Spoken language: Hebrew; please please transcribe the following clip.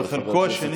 ובחלקו השני,